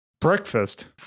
Breakfast